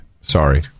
Sorry